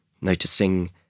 Noticing